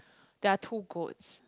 there are two goats